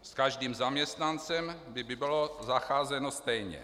S každým zaměstnancem by bylo zacházeno stejně.